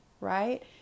right